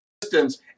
distance